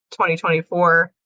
2024